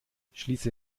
schließe